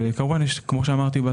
הוא אמר את האמת,